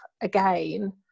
again